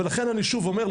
לכן אני שוב אומר,